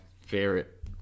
favorite